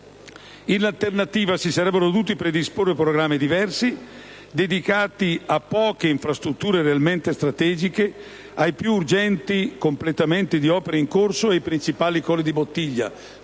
In alternativa, si sarebbero dovuti predisporre programmi diversi, dedicati a poche nuove infrastrutture realmente strategiche, ai più urgenti completamenti di opere in corso e ai principali colli di bottiglia